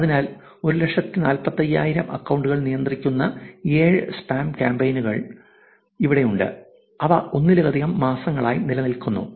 അതിനാൽ 145000 അക്കൌണ്ടുകൾ നിയന്ത്രിക്കുന്ന 7 സ്പാം കാമ്പെയ്നുകൾ ഇവിടെയുണ്ട് അവ ഒന്നിലധികം മാസങ്ങളായി നിലനിൽക്കുന്നു